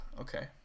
Okay